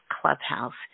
Clubhouse